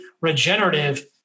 regenerative